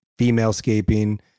femalescaping